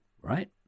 right